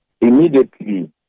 immediately